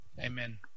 amen